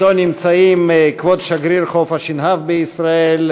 אתו נמצאים כבוד שגריר חוף-השנהב בישראל,